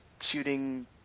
shooting